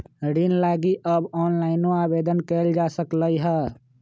ऋण लागी अब ऑनलाइनो आवेदन कएल जा सकलई ह